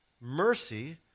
mercy